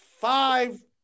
five